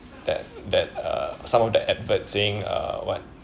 that that uh some of the adverts saying uh what